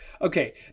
Okay